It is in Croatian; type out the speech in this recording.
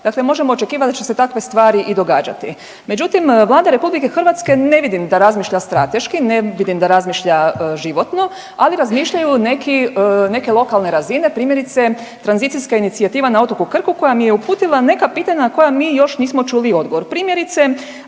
Dakle, možemo očekivati da će se takve stvari i događati. Međutim, Vlada RH ne vidim da razmišlja strateški, ne vidim da razmišlja životno, ali razmišljaju neki, neke lokalne razine primjerice tranzicijska inicijativa na otoku Krku koja mi je uputila neka pitanja na koja mi još nismo čuli odgovor. Primjerice,